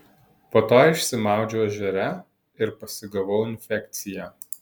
po to išsimaudžiau ežere ir pasigavau infekciją